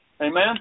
Amen